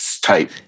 type